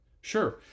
Sure